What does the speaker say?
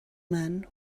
man